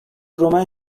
romen